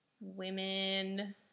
women